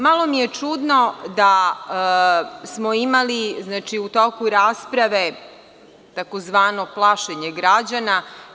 Malo mi je čudno da smo imali u toku rasprave takozvano plašenje građana.